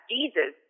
Jesus